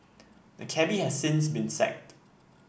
the cabby has since been sacked